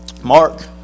Mark